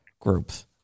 groups